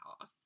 off